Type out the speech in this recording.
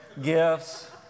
gifts